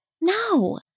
No